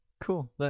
Cool